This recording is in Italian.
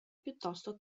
piuttosto